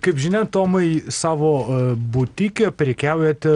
kaip žinia tomai savo butike prekiaujate